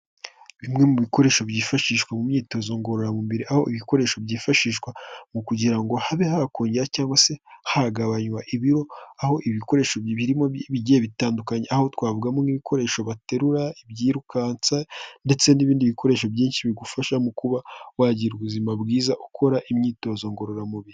Bimwe mu bikoresho byifashishwa mu myitozo ngororamubiri, aho ibikoresho byifashishwa mu kugira ngo habe hakongera cyangwa se hagabanywa ibiro, aho ibikoresho birimo bigiye bitandukanye, aho twavugamo ibikoresho baterura, ibyirukansa ndetse n'ibindi bikoresho byinshi bigufasha mu kuba wagira ubuzima bwiza, ukora imyitozo ngororamubiri.